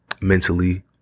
mentally